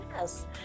yes